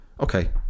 okay